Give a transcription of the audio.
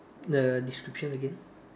the description again